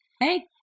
hey